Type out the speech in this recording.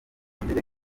mbere